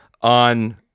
on